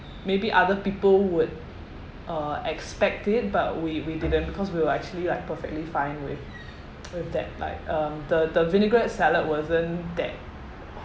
maybe other people would uh expect it but we we didn't because we were actually like perfectly fine with with that like um the the vinaigrette salad wasn't that